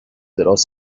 دراز